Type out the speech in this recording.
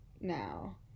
now